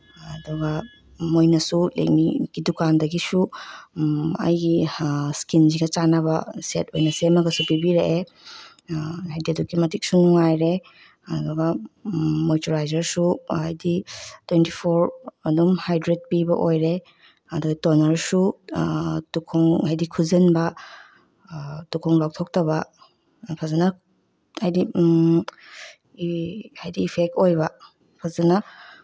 ꯑꯗꯨꯒ ꯃꯣꯏꯅꯁꯨ ꯂꯦꯛꯃꯤꯒꯤ ꯗꯨꯀꯥꯟꯗꯒꯤꯁꯨ ꯑꯩꯒꯤ ꯏꯁꯀꯤꯟꯁꯤꯒ ꯆꯥꯟꯅꯕ ꯁꯦꯠ ꯑꯣꯏꯅ ꯁꯦꯝꯃꯁꯨ ꯄꯤꯕꯤꯔꯛꯑꯦ ꯍꯥꯏꯗꯤ ꯑꯗꯨꯛꯀꯤ ꯃꯇꯤꯛꯁꯨ ꯅꯨꯡꯉꯥꯏꯔꯦ ꯑꯗꯨꯒ ꯃꯣꯏꯆꯨꯔꯥꯏꯖꯔꯁꯨ ꯍꯥꯏꯗꯤ ꯇ꯭ꯋꯦꯟꯇꯤ ꯐꯣꯔ ꯑꯗꯨꯝ ꯍꯥꯏꯗ꯭ꯔꯦꯠ ꯄꯤꯕ ꯑꯣꯏꯔꯦ ꯑꯗꯨ ꯇꯣꯅꯔꯁꯨ ꯇꯨꯈꯣꯡ ꯍꯥꯏꯗꯤ ꯈꯨꯖꯤꯟꯕ ꯇꯨꯈꯣꯡ ꯂꯥꯎꯊꯣꯛꯇꯕ ꯐꯖꯅ ꯍꯥꯏꯗꯤ ꯍꯥꯏꯗꯤ ꯏꯐꯦꯛ ꯑꯣꯏꯕ ꯐꯖꯅ